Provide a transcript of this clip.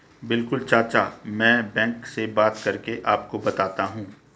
बिल्कुल चाचा में बैंक से बात करके आपको बताता हूं